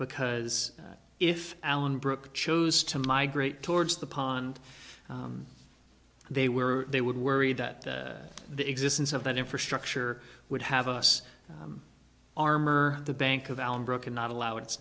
because if allen brook chose to migrate towards the pond they were they would worry that the existence of that infrastructure would have us armor the bank of allen broken not allow it